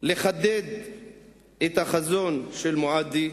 לחדד את החזון של מועדי,